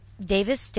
Davis